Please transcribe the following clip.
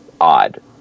odd